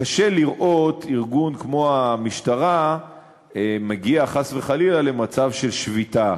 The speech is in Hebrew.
קשה לראות ארגון כמו המשטרה מגיע חס וחלילה למצב של שביתה,